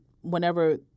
whenever